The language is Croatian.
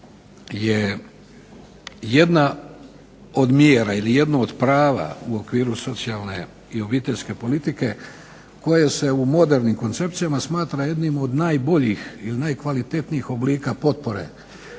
je jedna od mjera ili jedno od prava u okviru socijalne i obiteljske politike koje se u modernim koncepcijama smatra jednim od najboljih ili najkvalitetnijih oblika potpore,